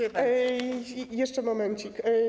Jeszcze momencik.